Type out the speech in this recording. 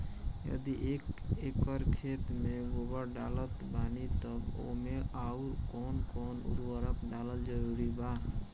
यदि एक एकर खेत मे गोबर डालत बानी तब ओमे आउर् कौन कौन उर्वरक डालल जरूरी बा?